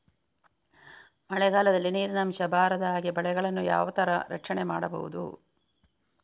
ಮಳೆಗಾಲದಲ್ಲಿ ನೀರಿನ ಅಂಶ ಬಾರದ ಹಾಗೆ ಬೆಳೆಗಳನ್ನು ಯಾವ ತರ ರಕ್ಷಣೆ ಮಾಡ್ಬಹುದು?